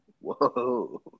Whoa